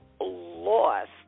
lost